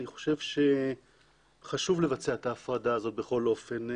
אני חושב שחשוב לבצע את ההפרדה הזאת בכל אופן.